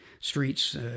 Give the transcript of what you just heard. streets